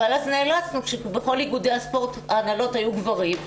אבל אז נאלצנו כשבכל איגודי הספורט ההנהלות היו גברים,